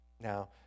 Now